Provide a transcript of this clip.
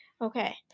Okay